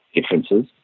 differences